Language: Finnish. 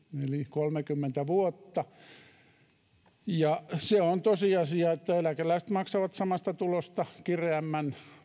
yli kolmekymmentä vuotta on tosiasia että eläkeläiset maksavat samasta tulosta kireämmän